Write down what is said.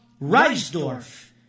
Reisdorf